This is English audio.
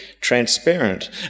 transparent